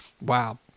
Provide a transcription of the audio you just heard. wow